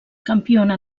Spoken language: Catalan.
campiona